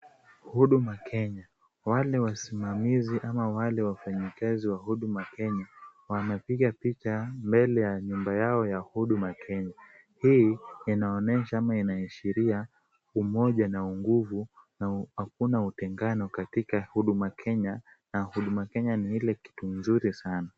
Huduma Kenya wale wasimamizi ama wale wafanyikazi wa huduma Kenya wanapiga picha mbele ya nyumba yao ya huduma Kenya. Hii inaonyesha au inaashiria umoja na unguvu na hakuna utengano katika huduma Kenya na huduma Kenya ni ile kiti nzuri sana.